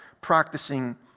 practicing